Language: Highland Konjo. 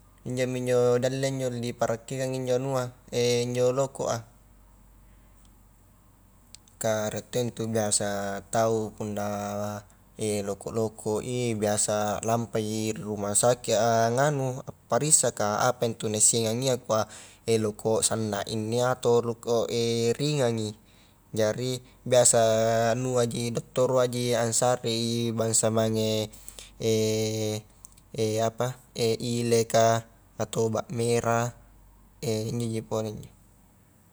Injomi injo dialle di parakkiangi injo anua injo lokoa, kah rie to intu biasa tau punna loko-lokoi biasa lampai rumah sakit a nganu appariksa kah apaintu naissengangi ia kua loko sanna inne atau loko ringangi, jari biasa anuaji dottoroa ansarei bansa mange apa ileka, atau obat merah injoji pole injo.